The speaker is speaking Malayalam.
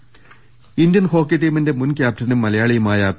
ദർശ്ട്ട്ടെടു ഇന്ത്യൻ ഹോക്കി ടീമിന്റെ മുൻ ക്യാപ്റ്റനും മലയാളിയുമായ പി